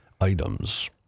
items